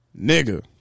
nigga